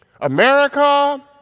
America